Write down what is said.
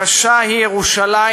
קשה היא ירושלים,